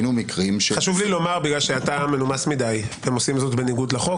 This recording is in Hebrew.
בגלל שאתה מנומס מדי: הם עושים זאת בניגוד לחוק,